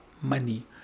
money